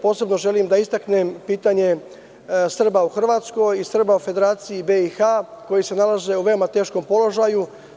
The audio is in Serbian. Posebno želim da istaknem pitanje Srba u Hrvatskoj i Srba u Federaciji BiH, koji se nalaze u veoma teškom položaju.